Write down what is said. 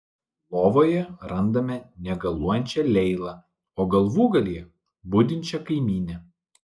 lovoje randame negaluojančią leilą o galvūgalyje budinčią kaimynę